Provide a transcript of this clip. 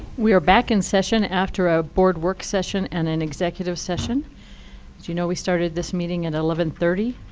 we are back in session after our board work session and an executive session. as you know, we started this meeting at eleven thirty.